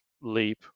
leap